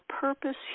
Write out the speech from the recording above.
purpose